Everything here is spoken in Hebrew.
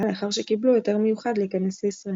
לאחר שקיבלו היתר מיוחד להיכנס לישראל.